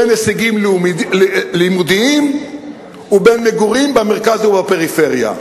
בין הישגים לימודיים ובין מגורים במרכז ובפריפריה.